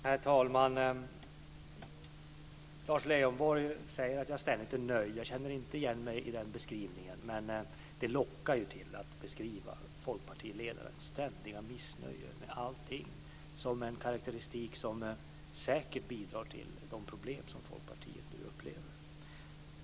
Herr talman! Lars Leijonborg säger att jag ständigt är nöjd. Jag känner inte igen mig i den beskrivningen. Men det lockar till att beskriva folkpartiledarens ständiga missnöje med allting som en karakteristik som säkert bidrar till de problem som Folkpartiet nu upplever.